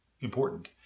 important